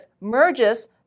merges